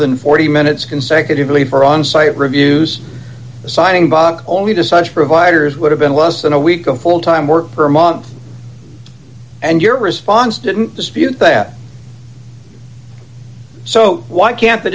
than forty minutes consecutively for on site reviews assigning by only to such providers would have been less than a week of full time work per month and your response didn't dispute that so why can't the